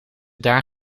daar